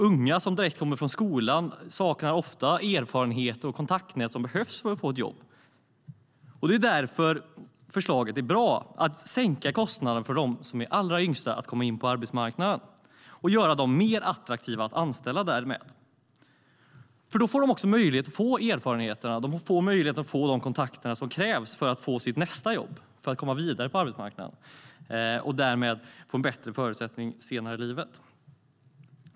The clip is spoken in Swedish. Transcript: Unga som kommer direkt från skolan saknar ofta de erfarenheter och det kontaktnät som behövs för att få ett jobb. Det är därför förslaget att sänka kostnaden för de allra yngsta att komma in på arbetsmarknaden är bra. Det gör dem därmed mer attraktiva att anställa. Då får de också möjlighet att få erfarenheter och de kontakter som krävs för att de ska kunna få sitt nästa jobb och komma vidare på arbetsmarknaden och därmed få en bättre förutsättning senare i livet.